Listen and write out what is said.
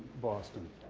boston.